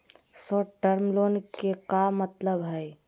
Short term loan के का मतलब हई?